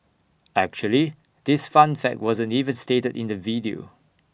actually this fun fact wasn't even stated in the video